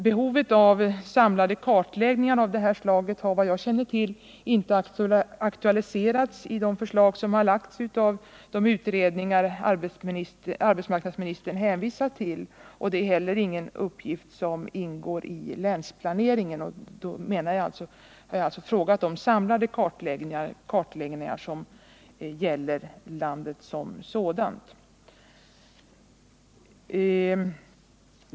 Behovet av samlade kartläggningar av detta slag har enligt vad jag känner till inte aktualiserats i de förslag som framlagts av de utredningar som arbetsmarknadsministern hänvisar till. Det är inte heller någon uppgift som ingår i länsplaneringen. Vad jag efterlyser är samlade kartläggningar, som gäller 59 situationen i hela landet.